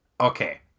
Okay